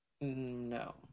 No